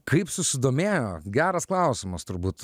kaip susidomėjo geras klausimas turbūt